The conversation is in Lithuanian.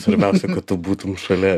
svarbiausia kad tu būtum šalia